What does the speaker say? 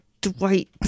Dwight